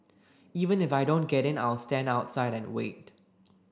even if I don't get in I'll stand outside and wait